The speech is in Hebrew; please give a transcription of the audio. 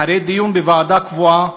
אחרי דיון בוועדה קבועה?